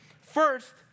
First